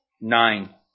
nine